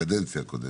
בקדנציה הקודמת,